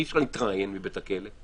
אי-אפשר להתראיין מבית הכלא.